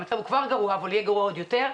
המצב כבר גרוע אבל הוא יהיה גרוע עוד יותר.